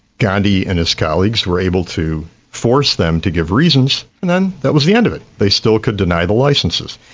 gandhi and his colleagues were able to force them to give reasons, and then that was the end of it, they still could deny the licences.